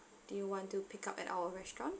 do you want to pick up at our restaurant